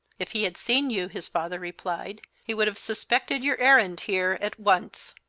if he had seen you, his father replied, he would have suspected your errand here at once.